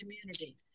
community